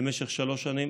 למשך שלוש שנים.